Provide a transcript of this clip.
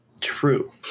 true